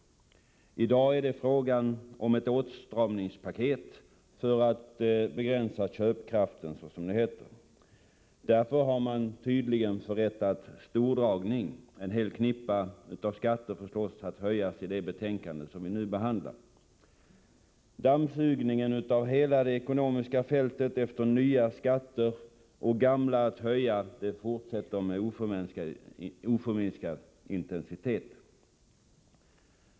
I dag är det fråga om ett åtstramningspaket för att begränsa köpkraften, som det heter. Därför har man tydligen förrättat stordragning. En hel knippa skatter föreslås höjas i det betänkande vi nu behandlar. Dammsugningen av hela det ekonomiska fältet efter nya skatter och gamla att höja fortsätter med oförminskad intensitet.